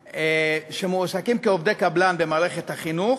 שמועסקים כעובדי קבלן במערכת החינוך,